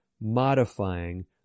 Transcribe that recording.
modifying